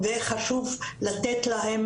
וחשוב לתת להם